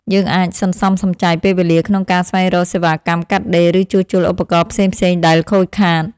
យើងអាចសន្សំសំចៃពេលវេលាក្នុងការស្វែងរកសេវាកម្មកាត់ដេរ ឬជួសជុលឧបករណ៍ផ្សេងៗដែលខូចខាត។